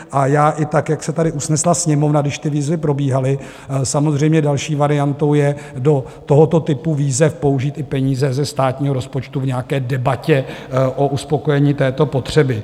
A já i tak, jak se tady usnesla Sněmovna, když ty výzvy probíhaly, samozřejmě další variantou je do tohoto typu výzev použít i peníze ze státního rozpočtu v nějaké debatě o uspokojení této potřeby.